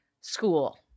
school